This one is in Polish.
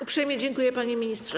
Uprzejmie dziękuję, panie ministrze.